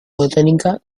botánica